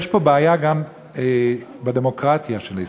יש פה בעיה גם בדמוקרטיה של ישראל.